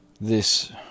This